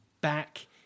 back